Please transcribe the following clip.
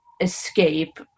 escape